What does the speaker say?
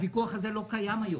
הוויכוח הזה לא קיים היום.